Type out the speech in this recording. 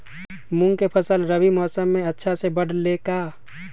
मूंग के फसल रबी मौसम में अच्छा से बढ़ ले का?